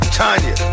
Tanya